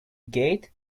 gate